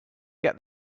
get